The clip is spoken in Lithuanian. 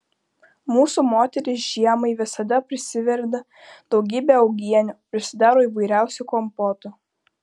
mūsų moterys žiemai visada prisiverda daugybę uogienių prisidaro įvairiausių kompotų